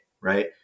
right